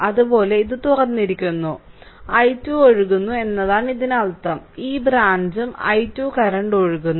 അതുപോലെ ഇത് തുറന്നിരിക്കുന്നു i2 ഒഴുകുന്നു എന്നാണ് ഇതിനർത്ഥം ഈ ബ്രാഞ്ചും i2 കറന്റ് ഒഴുകുന്നു